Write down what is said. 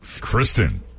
Kristen